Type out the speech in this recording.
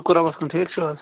شُکر رَۅبَس کُن ٹھیٖک چھِوِ حظ